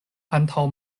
antaŭ